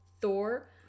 Thor